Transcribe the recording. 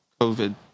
COVID